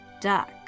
duck